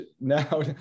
now